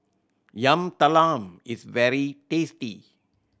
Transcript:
Yam Talam is very tasty